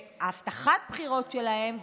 שהבטחת הבחירות שלהם,